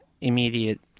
immediate